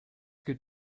could